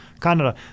Canada